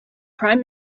prime